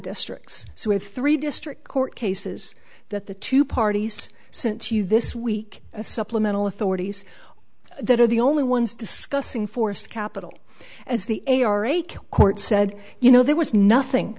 districts so we have three district court cases that the two parties since you this week supplemental authorities that are the only ones discussing forced capital as the a r e court said you know there was nothing